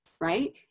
right